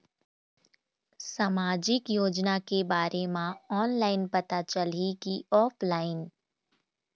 सामाजिक योजना के बारे मा ऑनलाइन पता चलही की ऑफलाइन?